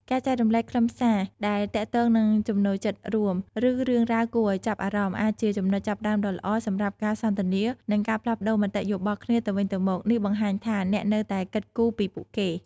ការចែករំលែកខ្លឹមសារដែលទាក់ទងនឹងចំណូលចិត្តរួម ឬរឿងរ៉ាវគួរឱ្យចាប់អារម្មណ៍អាចជាចំណុចចាប់ផ្ដើមដ៏ល្អសម្រាប់ការសន្ទនា និងការផ្លាស់ប្ដូរមតិយោបល់គ្នាទៅវិញទៅមក នេះបង្ហាញថាអ្នកនៅតែគិតគូរពីពួកគេ។